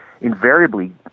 invariably